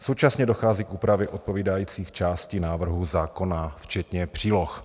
Současně dochází k úpravě odpovídajících částí návrhu zákona včetně příloh.